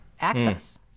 access